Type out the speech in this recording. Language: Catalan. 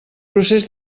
procés